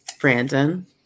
Brandon